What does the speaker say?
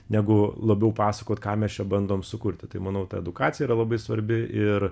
negu labiau pasakot ką mes čia bandom sukurti tai manau ta edukacija yra labai svarbi ir